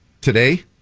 today